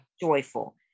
joyful